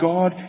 God